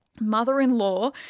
mother-in-law